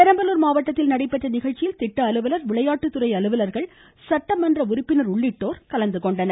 பெரம்பலூர் மாவட்டத்தில் நடைபெற்ற நிகழ்ச்சியில் திட்ட அலுவலர் விளையாட்டுதுறை அலுவலர்கள் சட்டமன்ற உறுப்பினர் உள்ளிட்டோர் கலந்துகொண்டனர்